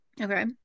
Okay